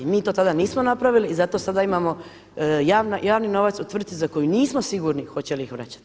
Mi to tada nismo napravili i zato sada imamo javni novac u tvrci za koju nismo sigurni hoće li ih vraćati.